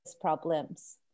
problems